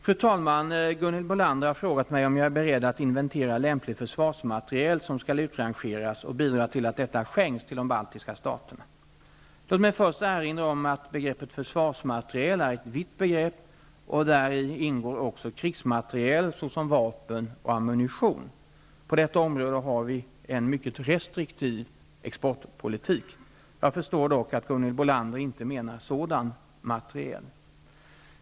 Fru talman! Gunhild Bolander har frågat mig om jag är beredd att inventera lämplig försvarsmateriel som skall utrangeras och bidra till att detta skänks till de baltiska staterna. Låt mig först erinra om att begreppet försvarsmateriel är ett vitt begrepp och att däri ingår också krigsmateriel som vapen och ammunition. På detta område har vi en mycket restriktiv exportpolitik. Jag förstår dock att Gunhild Bolander inte menar sådan materiel.